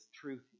truth